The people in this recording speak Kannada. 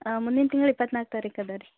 ಮುಂದಿನ ತಿಂಗ್ಳು ಇಪ್ಪತ್ನಾಲ್ಕು ತಾರೀಖು ಇದೆ ರೀ